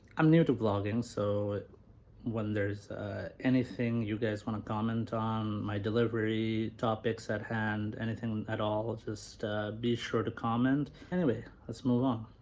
i'm new to vlogging so when there's anything you guys want to comment on my delivery, topics at hand anything at all, just be sure to comment. anyway let's move on